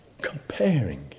comparing